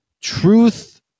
truth